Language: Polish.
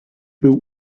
był